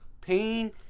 Pain